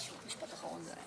זה היה משפט אחרון.